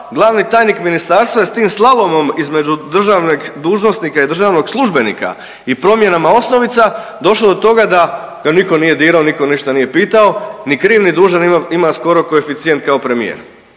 glavni tajnik ministarstva je s tim slalom između državnog dužnosnika i državnog službenika i promjenama osnovicama došao do toga da niko nije dirao, niko ništa nije pitao, ni kriv ni dužan ima skoro koeficijent kao premijer,